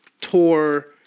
tour